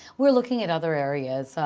we're looking at other areas.